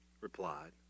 replied